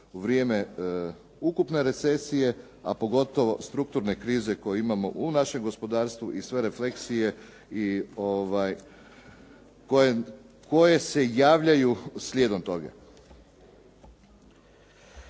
u vrijeme ukupne recesije a pogotovo strukturne krize koju imamo u našem gospodarstvu i sve refleksije i koje se javljaju slijedom toga.